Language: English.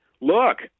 look